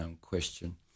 question